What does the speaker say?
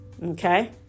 Okay